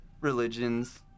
religions